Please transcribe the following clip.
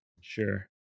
Sure